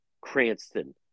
Cranston